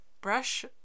brush